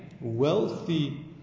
wealthy